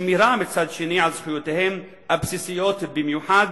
ושמירה מצד שני על זכויותיהם הבסיסיות, במיוחד